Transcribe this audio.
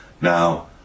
Now